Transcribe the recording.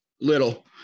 Little